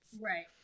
Right